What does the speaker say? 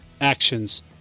actions